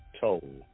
told